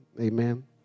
Amen